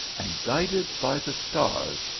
and guided by the stars,